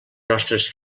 nostres